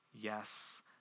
yes